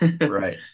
Right